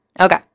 Okay